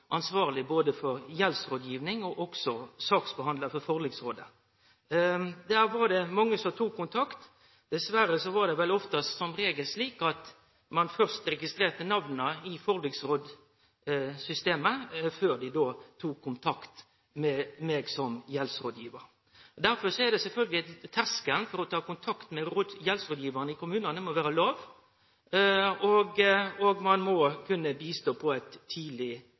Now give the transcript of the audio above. saksbehandlar for forliksrådet. Det var mange som tok kontakt. Dessverre var det som regel slik at ein først registrerte namna i forliksrådsystemet før dei tok kontakt med meg som gjeldsrådgivar. Derfor er det sjølvsagt ein terskel med omsyn til å ta kontakt med gjeldsrådgivaren i kommunen. Terskelen må vere låg, og ein må kunne hjelpe på eit tidleg